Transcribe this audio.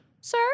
sir